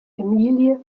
emilie